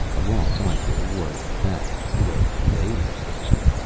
a long time for war like that, the way they had waged it.